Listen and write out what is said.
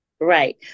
Right